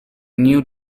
new